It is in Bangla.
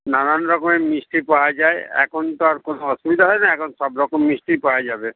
নানান রকমের মিষ্টি পাওয়া যায় এখন তো আর কোনো অসুবিধা হয় না এখন সব রকম মিষ্টিই পাওয়া যাবে